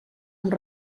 amb